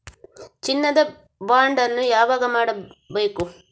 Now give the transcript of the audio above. ಚಿನ್ನ ದ ಬಾಂಡ್ ಅನ್ನು ಯಾವಾಗ ಮಾಡಬೇಕು?